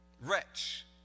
wretch